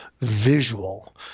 visual